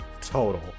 total